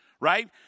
right